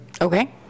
Okay